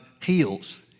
heals